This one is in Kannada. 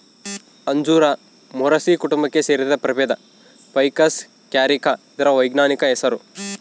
ಅಂಜೂರ ಮೊರಸಿ ಕುಟುಂಬಕ್ಕೆ ಸೇರಿದ ಪ್ರಭೇದ ಫೈಕಸ್ ಕ್ಯಾರಿಕ ಇದರ ವೈಜ್ಞಾನಿಕ ಹೆಸರು